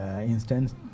instance